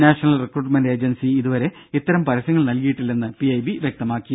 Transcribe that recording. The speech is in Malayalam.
നാഷണൽ റിക്രൂട്ട്മെന്റ് ഏജൻസി ഇതുവരെ ഇത്തരം പരസ്യങ്ങൾ നൽകിയിട്ടില്ലെന്ന് പിഐബി വ്യക്തമാക്കി